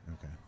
Okay